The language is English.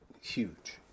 huge